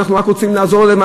ואנחנו רק רוצים לעזור להם,